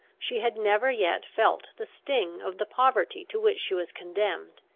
she had never yet felt the sting of the poverty to which she was condemned,